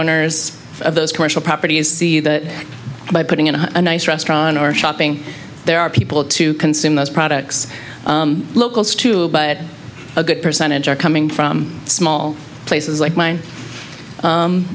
owners of those commercial properties see that by putting in a nice restaurant or shopping there are people to consume those products locals too but a good percentage are coming from small places like mine